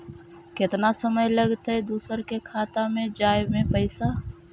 केतना समय लगतैय दुसर के खाता में जाय में पैसा?